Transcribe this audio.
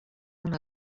una